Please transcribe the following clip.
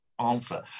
answer